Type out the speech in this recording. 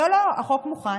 לא, לא, החוק מוכן